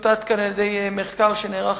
שמצוטט כאן במחקר שנערך